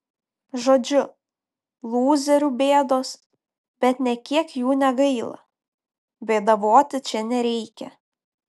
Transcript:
žodžiu lūzerių bėdos bet nė kiek jų negaila bėdavoti čia nereikia